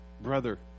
brother